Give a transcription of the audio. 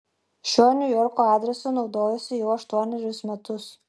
šiuo niujorko adresu naudojuosi jau aštuonerius metus